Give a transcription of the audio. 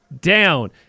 down